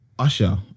Usher